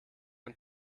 und